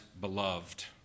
beloved